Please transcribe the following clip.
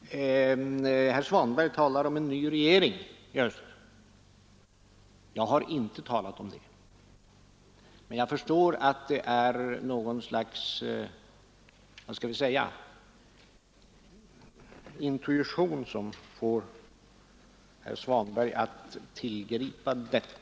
Herr Svanberg talar om en ny regering till hösten. Jag har inte talat om det. Men jag förstår att det är något slags intuition som får herr Svanberg att göra det uttalandet.